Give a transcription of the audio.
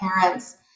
parents